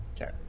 Okay